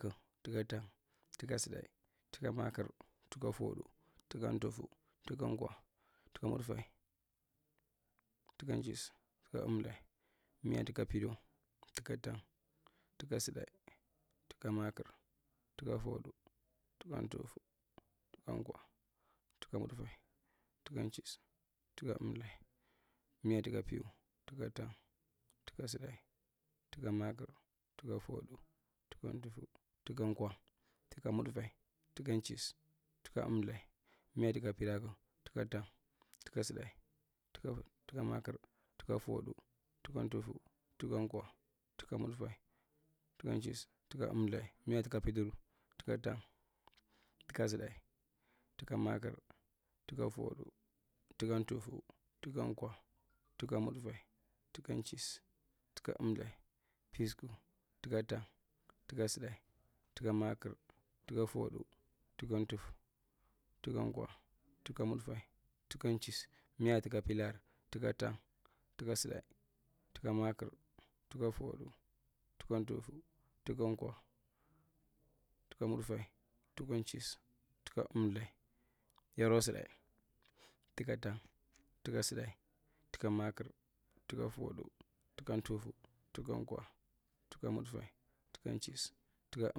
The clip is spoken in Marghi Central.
Tuka tang, tuka tsudae, tuka maakir, tuka food, tuka tufu, tuka kwa, tuka kudfae, tuka ‘ nchis, tuka emltha, miya tuka pidowu, tuka tang, tuka tsudae, tuka maakir, tuka foodu, tuka tuffu tuka nkwa, tuka mudfae, tukan chiss, tuka elthae, miya tuka piwu. Tuka tang tsaudai, tuka maakir, tuka foodu, tuka tuffu, tuka kwa, tuka mudfae, tuka nchis, tuka elthae, miy tuka piraku. Tuka tang, tuka tsudae, tuka maakir, tuka foodu, tuka tuffu, tuka kwa, tuka mudfae, tukan chissu, tuka emltha miya tuka pitubur, tuka tang, tuka tsudae, tuka maakir, tuka foodu, tuka tuffu, tuka kwa, tuka mudfae, tuka chissu, tuka emltha, miya tuka pisku, tuka tang, tuka tsudae, tuka maakir, tuka foodu, tuka tuffu, tuka kwa, tuka mudfae, tuka’chissu, miya tuka pilarr. Tuka tang, tuka tsudae, tuka maakir, tuka foudu, tuka tuffu, tuka kwa, tuka mudfae, tuka nchissu, tuka emlthae yeroe tsudae, tuka tang, tuka tsudae, tuka maakir, tuka foudu, tuka ntufu, tuka kwa, tuka mudfae, tukan’nchissu, tuka elthae.